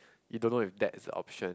he don't know if that's a option